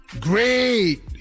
great